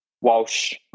Walsh